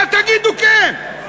מה תגידו כן?